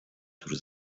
tuż